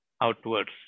outwards